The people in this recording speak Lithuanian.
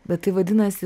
bet tai vadinasi